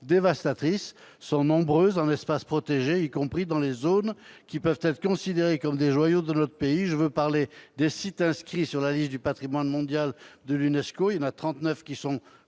dévastatrice : elles sont nombreuses dans les espaces protégés, y compris dans les zones qui peuvent être considérées comme des joyaux de notre pays. Je veux parler des sites inscrits sur la liste du Patrimoine mondial de l'UNESCO, dont trente-neuf sont